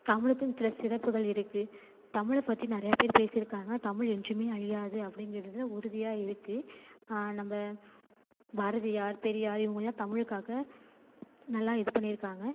தமிழுக்குன்னு சில சிறப்புகள் இருக்குது தமிழை பற்றி நிறையா பேர் பேசிருக்காங்க தமிழ் என்றும் அழியாது அப்படிங்கிறதுல உறுதியாக இருக்குது நம்ம பாரதியார் பெரியார் இவங்கெல்லாம் தமிழுக்காக நல்லா இது பண்ணிருக்காங்க